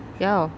ya